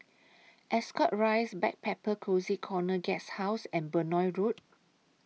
Ascot Rise Backpacker Cozy Corner Guesthouse and Benoi Road